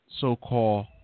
So-called